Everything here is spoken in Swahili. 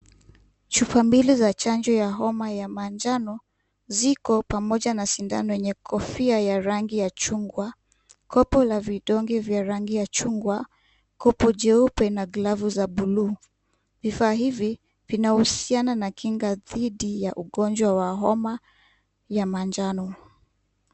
Chupa mbili za chanjo ya homa ya manjano, ziko pamoja na sindano yenye kofia ya rangi ya chungwa. Kopo la vidonge vya rangi ya chungwa, kopo jeupe na glavu za blue . Vifaa hivi vinahusiana na kinga dhidi ya ugonjwa wa homa ya manjano.